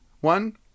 one